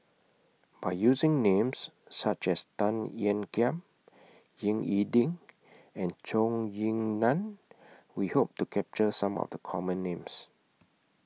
By using Names such as Tan Ean Kiam Ying E Ding and Zhou Ying NAN We Hope to capture Some of The Common Names